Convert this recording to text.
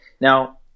Now